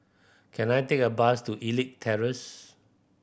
can I take a bus to Elite Terrace